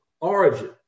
origin